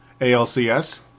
ALCS